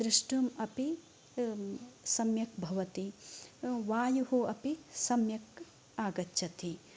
द्रष्टुम् अपि सम्यक् भवति वायु अपि सम्यक् आगच्छति